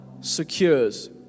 secures